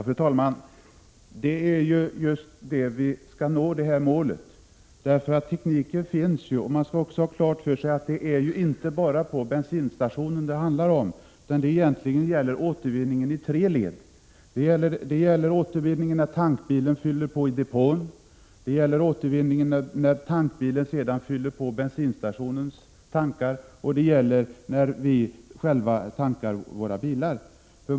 Fru talman! Det är just detta mål vi vill nå, eftersom tekniken redan finns. Det handlar inte enbart om bensinstationerna utan det gäller återvinning i tre led — när tankbilen fyller på i depån, när tankbilen sedan fyller på bensinstationens tankar och när vi själva tankar våra bilar.